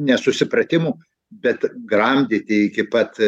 nesusipratimų bet gramdyti iki pat